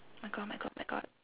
my God my God my God